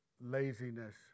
laziness